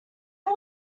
why